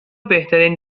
بهترین